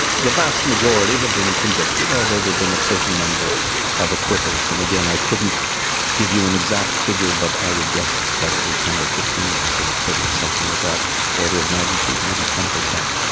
the vast majority have been convicted, although there have been a certain number of acquittals and, again, i couldn't give you an exact figure, but i would guess it's probably ten or fifteen have been acquitted, something of that order of magnitude, maybe ten percent.